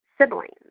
siblings